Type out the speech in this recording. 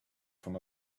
from